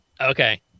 Okay